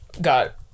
got